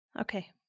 Okay